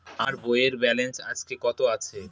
আমার বইয়ের ব্যালেন্স আজকে কত আছে?